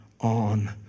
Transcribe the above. on